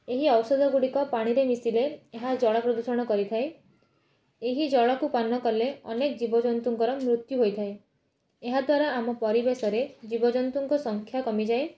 ଏହି ଔଷଧ ଗୁଡ଼ିକ ପାଣିରେ ମିଶିଲେ ଏହା ଜଳପ୍ରଦୂଷଣ କରିଥାଏ ଏହି ଜଳକୁ ପାନ କଲେ ଅନେକ ଜୀବଜନ୍ତୁଙ୍କର ମୃତ୍ୟୁ ହୋଇଥାଏ ଏହାଦ୍ୱାରା ଆମ ପରିବେଶରେ ଜୀବଜନ୍ତୁଙ୍କ ସଂଖ୍ୟା କମିଯାଏ